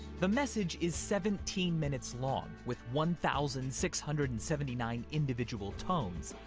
the message is seventeen minutes long, with one thousand six hundred and seventy nine individual tones.